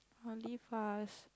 I'll leave fast